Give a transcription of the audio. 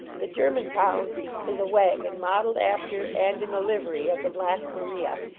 the germantown is a wagon modeled after and in the livery of the black maria,